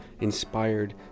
inspired